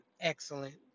excellent